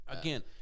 Again